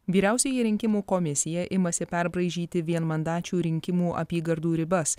vyriausioji rinkimų komisija imasi perbraižyti vienmandačių rinkimų apygardų ribas